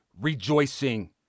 rejoicing